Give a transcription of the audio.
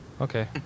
Okay